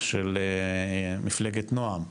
של מפלגת "נעם",